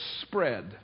spread